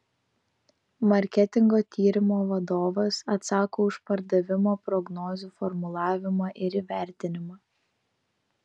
marketingo tyrimo vadovas atsako už pardavimo prognozių formulavimą ir įvertinimą